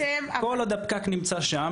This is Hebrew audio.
כל עוד הפקק נמצא שם,